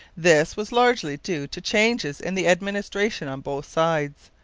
this was largely due to changes in the administration on both sides.